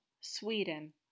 Sweden